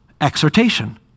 exhortation